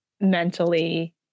mentally